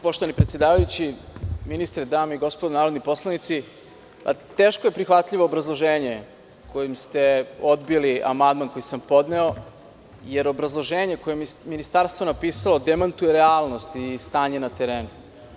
Poštovani predsedavajući, ministre, dame i gospodo narodni poslanici, teško je prihvatljivo obrazloženje kojim ste odbili amandman koji sam podneo, jer obrazloženje koje je ministarstvo napisalo demantuje realnost i stanje na terenu.